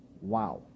Wow